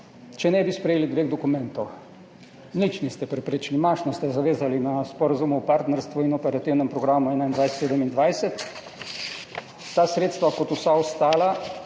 če ne bi sprejeli dveh dokumentov. Nič niste preprečili, mašno ste zavezali na sporazum o partnerstvu in operativnem programu 2021–2027. Ta sredstva, kot vsa ostala